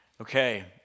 Okay